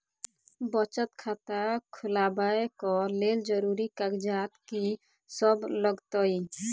बचत खाता खोलाबै कऽ लेल जरूरी कागजात की सब लगतइ?